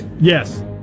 yes